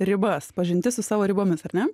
ribas pažintis su savo ribomis ar ne